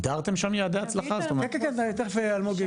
במסגרת המכרז הגדרנו בעצם יעדים של הגדלת מספר המתעניינים בעלייה,